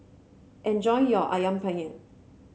enjoy your ayam penyet